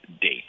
date